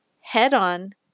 Head-on